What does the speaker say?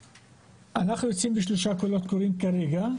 אנחנו יוצאים בשלושה קולות קוראים כרגע,